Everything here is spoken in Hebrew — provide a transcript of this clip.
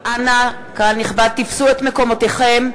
קהל נכבד, אנא תפסו את מקומותיכם,